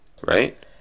right